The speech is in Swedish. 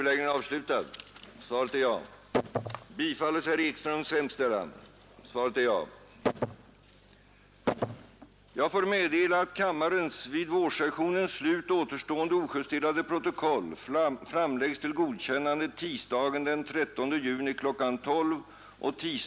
Ärade kammarledamöter!